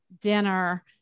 dinner